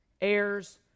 heirs